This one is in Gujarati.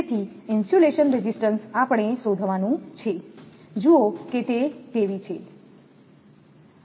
જેથી ઇન્સ્યુલેશન રેઝિસ્ટન્સ આપણે શોધવાનું છે જુઓ કે તે કેવી છે